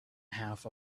half